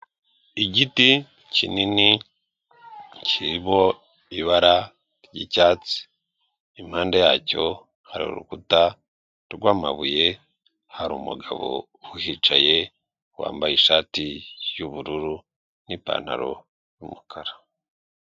Igiti kinini kirimo ibara ry'icyatsi impande yacyo hari urukuta rw'amabuye, hari umugabo uhicaye wambaye ishati y'ubururu n'ipantaro y'umukara.